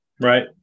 Right